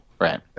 Right